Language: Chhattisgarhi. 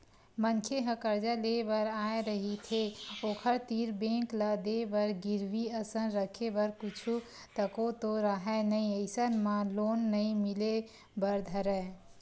मनखे ह करजा लेय बर आय रहिथे ओखर तीर बेंक ल देय बर गिरवी असन रखे बर कुछु तको तो राहय नइ अइसन म लोन नइ मिले बर धरय